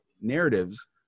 narratives